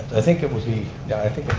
i think it would be. no, i think